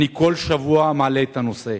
אני כל שבוע מעלה את הנושא.